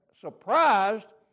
surprised